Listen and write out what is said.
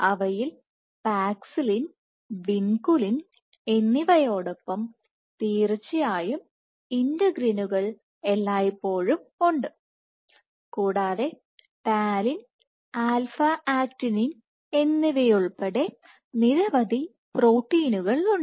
അവയിൽ paxillin vinculin എന്നിവയോടൊപ്പം തീർച്ചയായും ഇന്റഗ്രിനുകൾ എല്ലായ്പ്പോഴും ഉണ്ട് കൂടാതെ ടാലിൻ ആൽഫ ആക്ടിനിൻ എന്നിവയുൾപ്പെടെ നിരവധി പ്രോട്ടീനുകൾ ഉണ്ട്